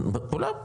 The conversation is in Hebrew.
כולם,